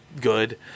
good